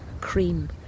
cream